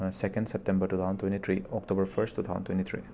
second September two thousand twenty three October first two thousand twenty three